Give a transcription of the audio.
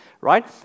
right